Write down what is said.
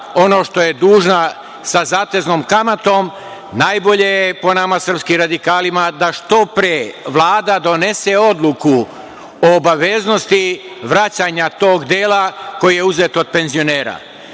ono što je dužna sa zateznom kamatom, najbolje je, po nama srpskim radikalima, da što pre Vlada donese odluku o obaveznosti vraćanja tog dela koji je uzet od penzionera.